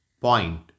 point